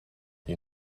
you